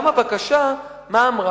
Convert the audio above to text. גם הבקשה, מה אמרה?